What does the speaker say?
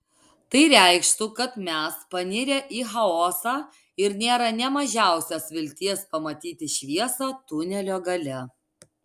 tai reikštų kad mes panirę į chaosą ir nėra nė mažiausios vilties pamatyti šviesą tunelio gale